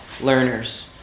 learners